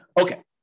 Okay